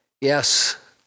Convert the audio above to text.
Yes